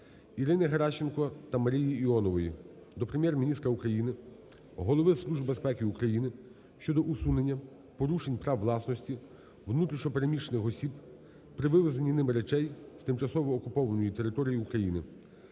Ірини Геращенко та Марії Іонової до Прем'єр-міністра України, Голови Служби безпеки України щодо усунення порушень прав власності внутрішньо переміщених осіб при вивезенні ними речей з тимчасово окупованої території України.